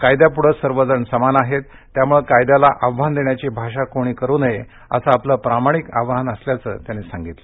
कायद्यापुढं सर्व समान आहेत त्यामुळं कायद्याला आव्हान देण्याची भाषा कोणी करू नये असं आपलं प्रामाणिक आवाहन असल्याचं त्यांनी सांगितलं